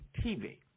TV